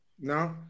No